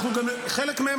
חלק מהן,